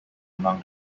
among